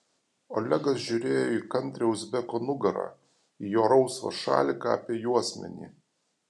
olegas žiūrėjo į kantrią uzbeko nugarą į jo rausvą šaliką apie juosmenį